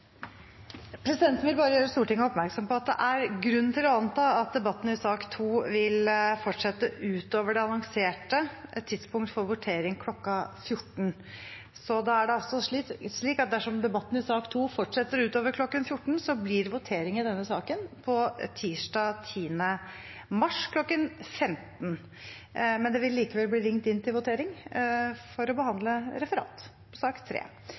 Presidenten vil bare gjøre Stortinget oppmerksom på at det er grunn til å anta at debatten i sak nr. 2 vil fortsette utover det annonserte tidspunkt for votering, kl. 14. Da er det altså slik at dersom debatten i sak nr. 2 fortsetter utover kl. 14, blir det votert over denne saken tirsdag 10. mars kl. 15. Det vil likevel bli ringt inn til votering for å behandle sak